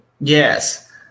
Yes